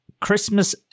Christmas